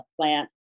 plant